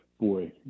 Boy